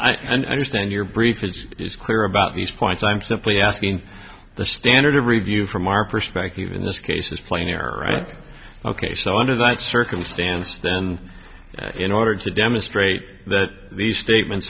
i understand your brief is is clear about these points i'm simply asking the standard of review from our perspective in this case is plain error right ok so under that circumstance then in order to demonstrate that the statements